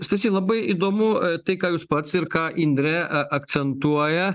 stasy labai įdomu tai ką jūs pats ir ką indrė akcentuoja